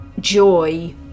Joy